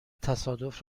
تصادف